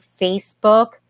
Facebook